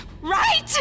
Right